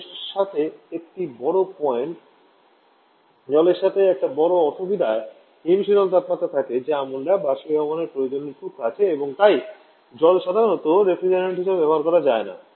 জলের সাথে একটি বড় পয়েন্ট জলের সাথে এক বড় অসুবিধায় হিমশীতল তাপমাত্রা থাকে যা আমাদের বাষ্পীভবনের প্রয়োজনের খুব কাছে এবং তাই জল সাধারণত রেফ্রিজারেন্ট হিসাবে ব্যবহার করা যায় না